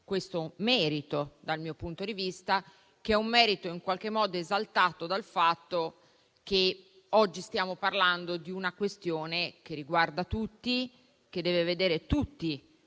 questo merito, dal mio punto di vista, che è esaltato dal fatto che oggi stiamo parlando di una questione che riguarda tutti e che deve vedere tutti